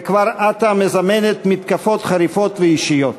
וכבר עתה מזמנת מתקפות חריפות ואישיות.